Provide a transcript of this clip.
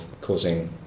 causing